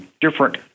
different